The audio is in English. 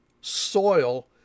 soil